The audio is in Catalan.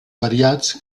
variats